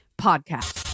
podcast